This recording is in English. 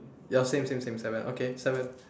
ya same same same seven okay seven